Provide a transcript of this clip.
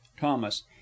thomas